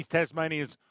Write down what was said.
Tasmanians